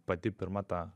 pati pirma ta